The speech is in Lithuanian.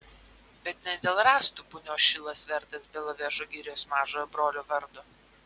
bet ne dėl rąstų punios šilas vertas belovežo girios mažojo brolio vardo